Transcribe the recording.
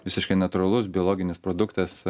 visiškai natūralus biologinis produktas